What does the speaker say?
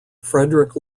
frederick